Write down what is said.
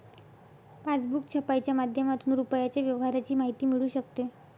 passbook छपाईच्या माध्यमातून रुपयाच्या व्यवहाराची माहिती मिळू शकते